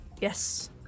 yes